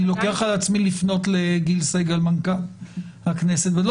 אני לוקח על עצמי לפנות לגיל סגל מנכ"ל הכנסת ולא